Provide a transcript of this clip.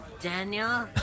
Daniel